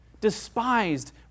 despised